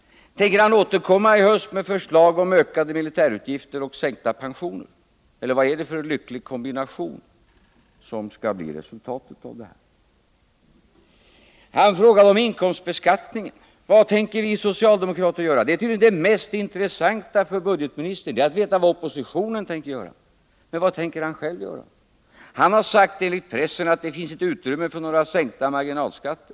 Tänker han återkomma i höst med förslag om ökade militära utgifter och sänkta pensioner, eller våd är det för lycklig kombination som skall bli resultatet? Ingemar Mundebo frågade om inkomstbeskattningen: Vad tänker ni socialdemokrater göra? Det är tydligen det mest intressanta för budgetministern — att veta vad oppositionen tänker göra. Men vad tänker han själv göra? Han har enligt pressen sagt att det inte finns utrymme för några sänkningar av marginalskatter.